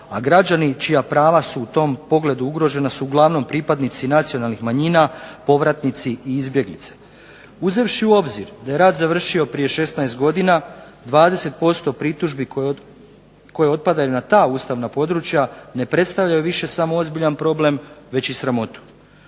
a građani čija prava su u tom pogledu ugrožena su uglavnom pripadnici nacionalnih manjina, povratnici i izbjeglice. Uzevši u obzir da je rat završio prije 16 godina, 20% pritužbi koje otpadaju na ta ustavna područja ne predstavljaju više samo obziran problem već i sramotu.